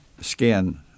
skin